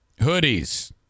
Hoodies